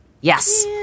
yes